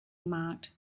marked